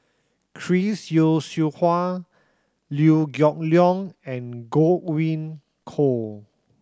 Chris Yeo Siew Hua Liew Geok Leong and Godwin Koay